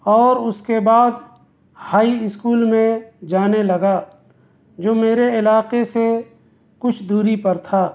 اور اس کے بعد ہائی اسکول میں جانے لگا جو میرے علاقے سے کچھ دوری پر تھا